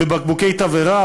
בבקבוקי תבערה,